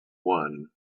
one